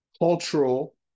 cultural